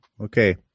Okay